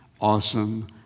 awesome